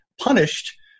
punished